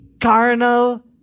carnal